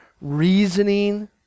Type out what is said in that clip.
reasoning